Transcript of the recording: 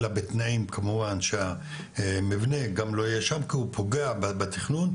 אלא בתנאים כמובן שמבנה גם לא ישב כי הוא פוגע בתכנון,